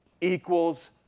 equals